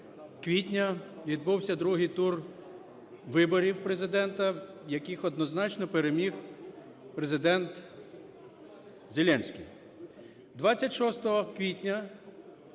квітня відбувся другий тур виборів Президента, в яких однозначно переміг ПрезидентЗеленський.